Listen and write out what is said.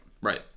Right